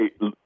Hey